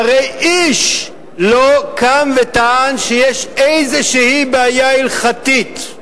שהרי איש לא קם וטען שיש איזו בעיה הלכתית.